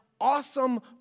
Awesome